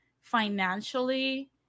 financially